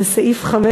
זה סעיף 5